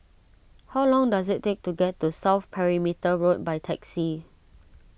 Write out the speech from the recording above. how long does it take to get to South Perimeter Road by taxi